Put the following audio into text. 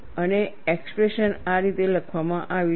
અને એક્સપ્રેશન આ રીતે લખવામાં આવી છે